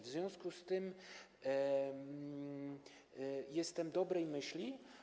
W związku z tym jestem dobrej myśli.